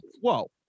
Whoa